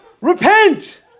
repent